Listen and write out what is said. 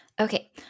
Okay